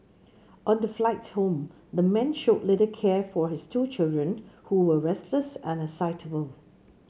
on the flight home the man showed little care for his two children who were restless and excitable